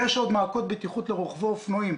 זה עוד מעקות בטיחות לרוכבי אופנועים.